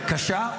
קשה,